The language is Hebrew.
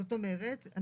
זאת אומרת,